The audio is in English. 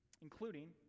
including